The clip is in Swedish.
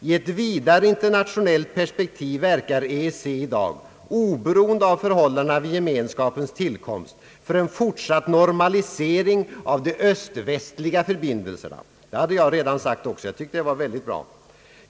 I ett vidare internationellt perspektiv verkar EEC i dag — oberoende av förhållandena vid Gemenskapens tillkomst — för en fortsatt normalisering av de öst-västliga förbindelserna.» Ja, detta har jag redan sagt, och det tycker jag var väldigt bra.